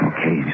Okay